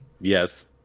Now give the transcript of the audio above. Yes